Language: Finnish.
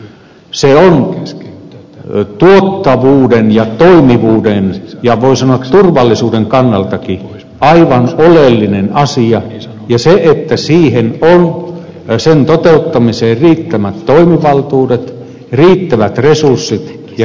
on tuottavuuden ja toimivuuden ja voi sanoa turvallisuuden kannaltakin aivan oleellinen asia että sen toteuttamiseen on riittävät toimivaltuudet riittävät resurssit ja riittävästi osaajia